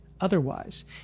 otherwise